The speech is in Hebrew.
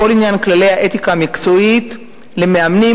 כל עניין כללי האתיקה המקצועית למאמנים,